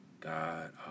God